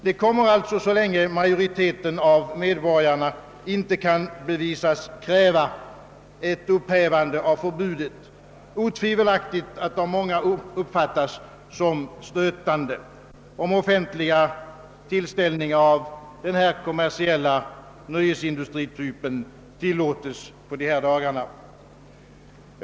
Det kommer alltså, så länge majoriteten av medborgarna inte kan bevisas kräva ett upphävande av förbudet, otvivelaktigt att av många uppfattas som stötande om offentliga tillställningar av den kommersiella nöjesindustrin tillåts på dessa dagar.